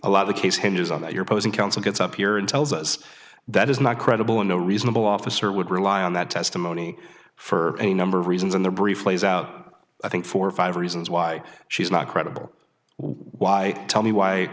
a lot of the case hinges on that your opposing counsel gets up here and tells us that is not credible and no reasonable officer would rely on that testimony for a number of reasons in their brief lays out i think four or five reasons why she's not credible why tell me why